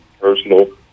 personal